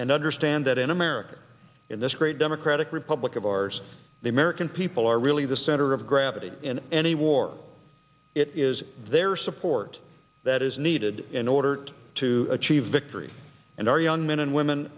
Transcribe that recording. and understand that in america in this great democratic republic of ours the american people are really the center of gravity in any war it is their support that is needed in order to achieve victory and our young men and women